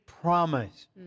Promise